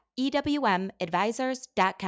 ewmadvisors.com